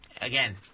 again